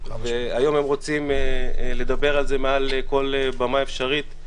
והיום הם רוצים לדבר על זה מעל כל במה אפשרית,